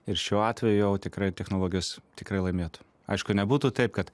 ir šiuo atveju jau tikrai technologijos tikrai laimėtų aišku nebūtų taip kad